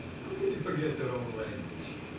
how can you forget your own language?